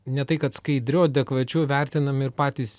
ne tai kad skaidriau adekvačiau vertinami ir patys